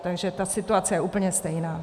Takže ta situace je úplně stejná.